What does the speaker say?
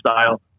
style